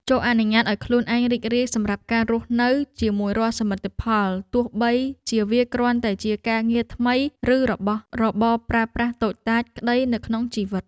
ចូរអនុញ្ញាតឱ្យខ្លួនឯងរីករាយសម្រាប់ការរស់នៅជាមួយរាល់សមិទ្ធផលទោះបីជាវាគ្រាន់តែជាការងារថ្មីឬរបស់របរប្រើប្រាស់តូចតាចក្តីនៅក្នុងជីវិត។